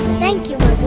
thank you,